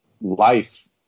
life